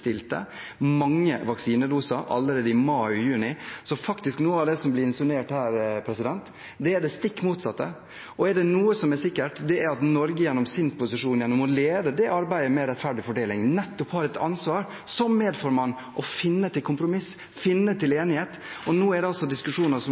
mange vaksinedoser allerede i mai og juni. Så når det gjelder noe av det som blir insinuert her, er det stikk motsatt. Er det noe som er sikkert, er det at Norge gjennom sin posisjon, gjennom å lede arbeidet med rettferdig fordeling, nettopp har et ansvar som medformann for å finne kompromiss, finne